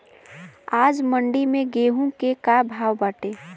आज मंडी में गेहूँ के का भाव बाटे?